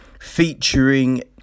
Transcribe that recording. Featuring